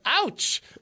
Ouch